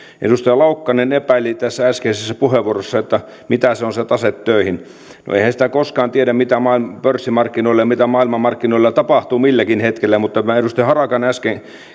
edustaja laukkanen epäili tässä äskeisessä puheenvuorossaan että mitä se on se taseet töihin no eihän sitä koskaan tiedä mitä pörssimarkkinoilla ja maailmanmarkkinoilla tapahtuu milläkin hetkellä mutta edustaja harakka äsken